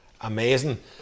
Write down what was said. Amazing